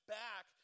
back